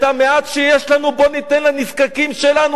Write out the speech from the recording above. את המעט שיש לנו בוא ניתן לנזקקים שלנו.